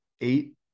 Eight